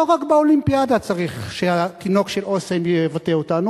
לא רק באולימפיאדה צריך שהתינוק של "אסם" יבטא אותנו,